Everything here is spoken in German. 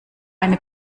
eine